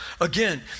Again